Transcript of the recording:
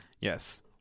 Yes